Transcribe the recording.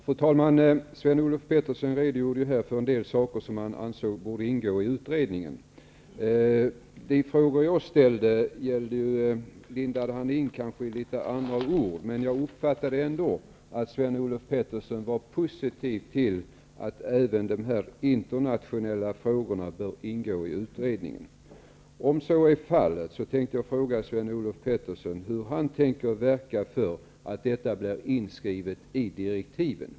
Fru talman! Sven-Olof Petersson redogjorde här för en del saker som han ansåg borde ingå i utredningen. Svaren på de frågor som jag ställde lindade han in litet, men jag uppfattade det ändå så att Sven-Olof Petersson var positiv till att även de internationella frågorna skall ingå i utredningen. Petersson hur han tänker verka för att detta blir inskrivet i direktiven.